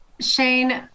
Shane